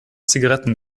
zigaretten